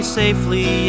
safely